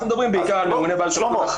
אנחנו מדברים בעיקר על ממוני --- שלמה,